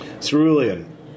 Cerulean